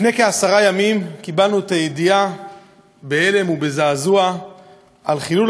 לפני כעשרה ימים קיבלנו בהלם ובזעזוע את הידיעה על חילול